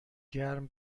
گرم